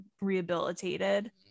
rehabilitated